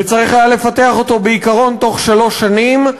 וצריך היה לפתח אותו בעיקרון בתוך שלוש שנים,